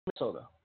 Minnesota